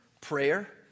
prayer